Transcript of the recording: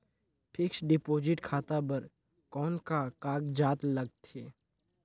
Fixed deposit खाता बर कौन का कागजात लगथे?